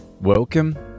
Welcome